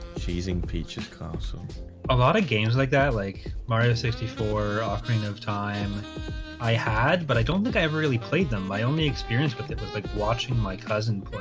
choosing peaches counsel a lot of games like that like mario sixty four offering of time i had but i don't think i ever really played them my only experience with it was like watching my cousin